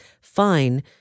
fine